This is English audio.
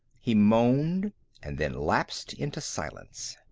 he moaned and then lapsed into silence.